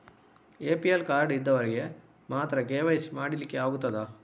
APL card ಇದ್ದವರಿಗೆ ಮಾತ್ರ KYC ಮಾಡಲಿಕ್ಕೆ ಆಗುತ್ತದಾ?